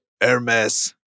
Hermes